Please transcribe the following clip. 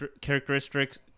characteristics